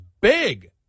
big